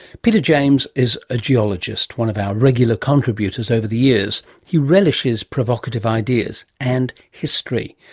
peter james is a geologist, one of our regular contributors over the years he relishes provocative ideas and history,